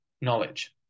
knowledge